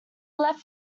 left